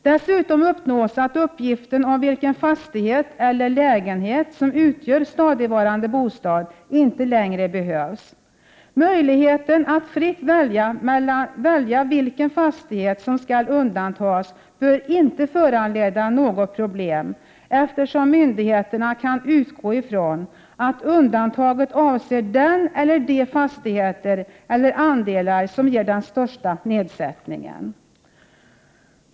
Dessutom uppnås att uppgiften om vilken fastighet eller lägenhet som utgör stadigvarande bostad inte längre behövs. Möjligheten att fritt välja vilken fastighet som skall undantas bör inte föranleda något problem, eftersom myndigheterna kan utgå från att undantaget avser den eller de fastigheter eller andelar som ger den största nedsättningen.